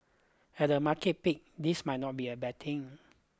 at a market peak this might not be a bad thing